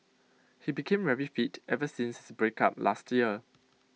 he became very fit ever since his breakup last year